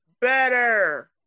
better